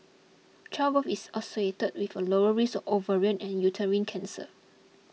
childbirth is associated with a lower risk of ovarian and uterine cancer